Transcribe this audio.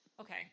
Okay